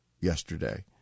yesterday